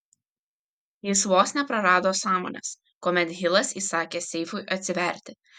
jis vos neprarado sąmonės kuomet hilas įsakė seifui atsiverti